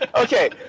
Okay